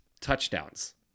touchdowns